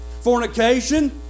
fornication